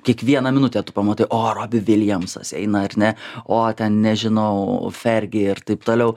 kiekvieną minutę tu pamatai o robi viljamsas eina ar ne o ten nežinau fergi ir taip toliau